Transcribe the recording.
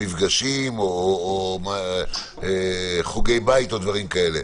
מפגשים או חוגי בית או דברים כאלה.